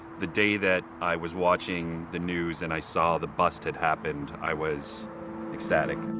the day that i was watching the news and i saw the bust had happened, i was ecstatic.